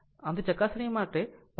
આમ તે ચકાસણી માટે 15